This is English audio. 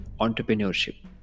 entrepreneurship